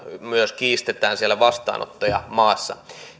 myös kiistetään siellä vastaanottajamaassa